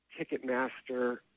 Ticketmaster